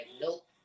nope